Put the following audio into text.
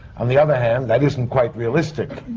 on the other hand, that isn't quite realistic,